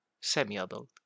semi-adult